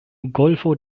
golfo